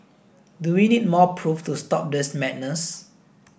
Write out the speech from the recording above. do we need more proof to stop this madness